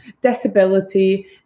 disability